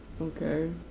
Okay